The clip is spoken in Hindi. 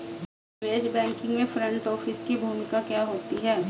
निवेश बैंकिंग में फ्रंट ऑफिस की क्या भूमिका होती है?